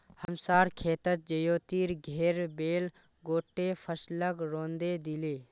हमसार खेतत ज्योतिर घेर बैल गोट्टे फसलक रौंदे दिले